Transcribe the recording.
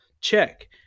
check